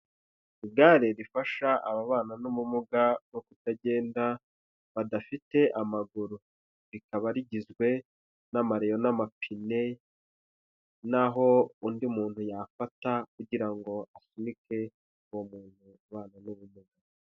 Igare rifasha ababana n'ubumuga bwo kutagenda badafite amaguru. Rikaba rigizwe n'amareyo n'amapine, naho undi muntu yafata kugira ngo asunike uwo muntu ubana n'ubumuga.